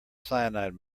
cyanide